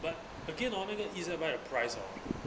but again orh again 那个 E_Z buy 的 price hor